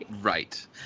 Right